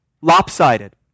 lopsided